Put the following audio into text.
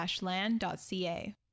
land.ca